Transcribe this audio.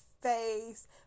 face